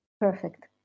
Perfect